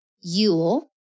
Yule